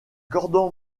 cordon